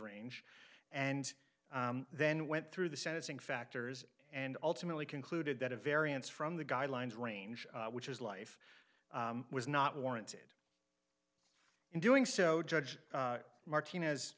range and then went through the sentencing factors and ultimately concluded that a variance from the guidelines range which is life was not warranted in doing so judge martinez